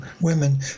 women